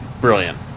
Brilliant